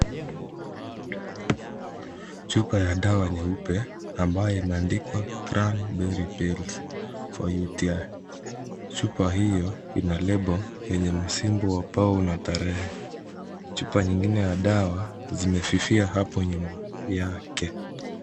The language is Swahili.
Chupa ya dawa nyeupe ambayo imeandikwa Cram daily deals for uti . Chupa hiyo ina lebo enye msimbo wa pau na tarehe. Chupa nyingine za dawa zimefifia hapo nyuma yake.